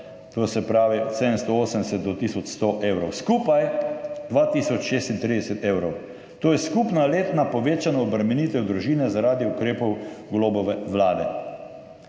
to se pravi od 780 do tisoč 100 evrov. Skupaj 2 tisoč 36 evrov. To je skupna letna povečana obremenitev družine zaradi ukrepov Golobove vlade.